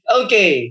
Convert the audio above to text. okay